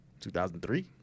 2003